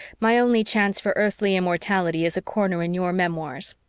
my only chance for earthly immortality is a corner in your memoirs.